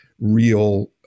real